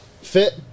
fit